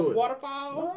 waterfall